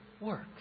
works